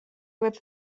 with